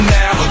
now